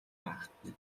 байхгүй